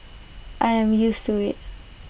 I am used to IT